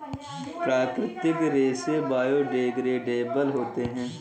प्राकृतिक रेसे बायोडेग्रेडेबल होते है